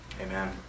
Amen